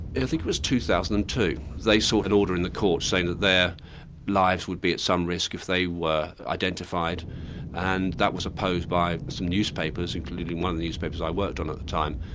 i think it was two thousand and two. they sought an order in the courts saying that their lives would be at some risk if they were identified and that was opposed by some newspapers, including one of the newspapers i worked on at the time.